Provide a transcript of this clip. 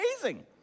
amazing